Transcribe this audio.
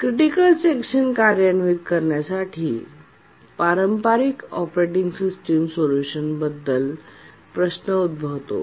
critical section कार्यान्वित करण्यासाठी पारंपारिक ऑपरेटिंग सिस्टम सोल्यूशन बद्दल प्रश्न उद्भवतो